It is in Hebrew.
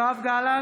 נגד יואב גלנט,